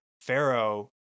Pharaoh